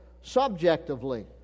subjectively